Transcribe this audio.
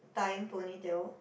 tying ponytail